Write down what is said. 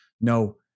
no